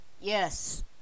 Yes